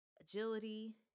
agility